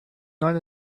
not